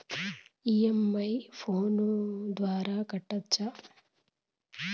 నా ఇ.ఎం.ఐ ను ఫోను ద్వారా కట్టొచ్చా?